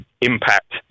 impact